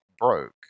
broke